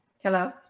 Hello